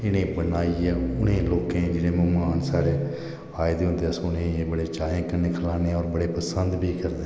एह बनेइयै उनें लोकें गी जेहड़े महमान साढ़े आए दे होंदे अस उनेंगी बड़े चाहें कन्नै उंहेगी खलाने ते और बड़ पसंद बी करदे ना